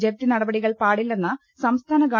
ജപ്തിനുടപടികൾ പാടി ല്ലെന്ന സംസ്ഥാന ഗവ